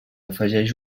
afegeix